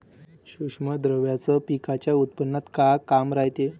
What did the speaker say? सूक्ष्म द्रव्याचं पिकाच्या उत्पन्नात का काम रायते?